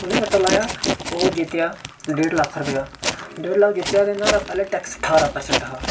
उन्नै सट्टा लाया ओह् जित्तेआ डेढ लक्ख रपेआ डेढ लक्ख जित्तेआ ते नाड़ा पैह्ले टैक्स ठारां परसेंट हा